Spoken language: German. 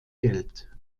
geld